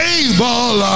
able